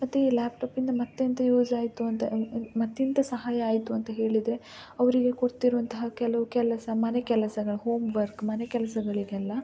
ಮತ್ತು ಈ ಲ್ಯಾಪ್ಟಾಪಿಂದ ಮತ್ತೆಂತ ಯೂಸಾಯಿತು ಅಂತ ಮತ್ತೆಂತ ಸಹಾಯ ಆಯಿತು ಅಂತ ಹೇಳಿದರೆ ಅವರಿಗೆ ಗೊತ್ತಿರುವಂತಹ ಕೆಲವು ಕೆಲಸ ಮನೆ ಕೆಲಸಗಳು ಹೋಮ್ವರ್ಕ್ ಮನೆಕೆಲಸಗಳಿಗೆಲ್ಲ